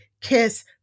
kiss